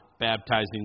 baptizing